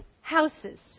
houses